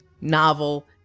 novel